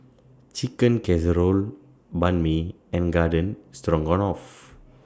Chicken Casserole Banh MI and Garden Stroganoff